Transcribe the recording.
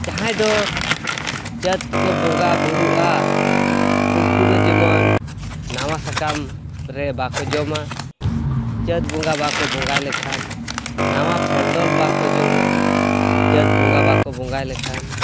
ᱡᱟᱦᱟᱸᱭ ᱫᱚ ᱪᱟᱹᱛ ᱠᱚ ᱵᱚᱸᱜᱟ ᱵᱳᱨᱳᱜᱼᱟ ᱩᱱᱠᱩᱫᱚ ᱡᱮᱢᱚᱱ ᱱᱟᱣᱟ ᱥᱟᱠᱟᱢ ᱨᱮ ᱵᱟᱠᱚ ᱡᱚᱢᱟ ᱪᱟᱹᱛ ᱵᱚᱸᱜᱟ ᱵᱟᱠᱚ ᱵᱚᱸᱜᱟᱭ ᱞᱮᱠᱷᱟᱱ ᱱᱟᱣᱟ ᱯᱷᱚᱞ ᱰᱚᱞ ᱵᱟᱠᱚ ᱡᱚᱢᱟ ᱪᱟᱹᱛ ᱵᱚᱸᱜᱟ ᱵᱟᱠᱚ ᱵᱚᱸᱜᱟᱭ ᱞᱮᱠᱷᱟᱱ